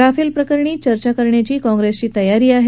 Rafale प्रकरणी चर्चा करण्याची काँप्रेसची तयारी आहे